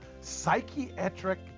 psychiatric